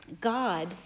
God